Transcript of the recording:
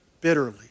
bitterly